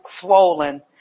swollen